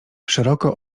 szeroko